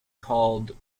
called